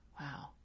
Wow